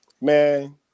Man